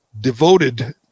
devoted